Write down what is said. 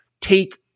take